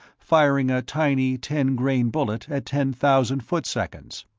firing a tiny ten-grain bullet at ten thousand foot-seconds.